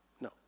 No